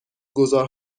گذار